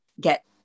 get